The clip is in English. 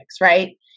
right